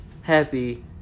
happy